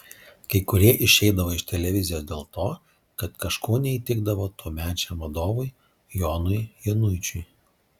kai kurie išeidavo iš televizijos dėl to kad kažkuo neįtikdavo tuomečiam vadovui jonui januičiui